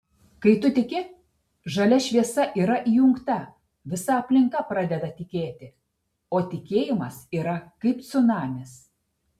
kai tu tiki žalia šviesa yra įjungta visa aplinka pradeda tikėti o tikėjimas yra kaip cunamis